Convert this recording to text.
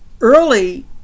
early